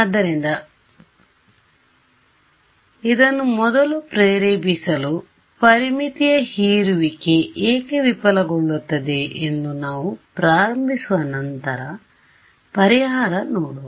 ಆದ್ದರಿಂದ ಇದನ್ನು ಮೊದಲು ಪ್ರೇರೇಪಿಸಲು ಪರಿಮಿತಿಯ ಹೀರುವಿಕೆ ಏಕೆ ವಿಫಲಗೊಳ್ಳುತ್ತದೆ ಎಂದು ನಾವು ಪ್ರಾರಂಭಿಸುವ ನಂತರ ಪರಿಹಾರ ನೋಡುವ